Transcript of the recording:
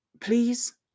Please